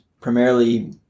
primarily